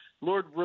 Lord